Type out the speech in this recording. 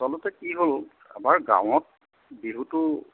আচলতে কি হ'ল আমাৰ গাঁৱত বিহুটো